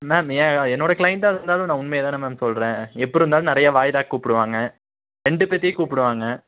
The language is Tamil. மேம் ஏ என்னோட க்ளைன்டாக இருந்தாலும் நான் உண்மையை தானே மேம் சொல்லுறேன் எப்படி இருந்தாலும் நிறைய வாய்தாக்கு கூப்பிடுவாங்க ரெண்டு பேர்த்தையும் கூப்பிடுவாங்க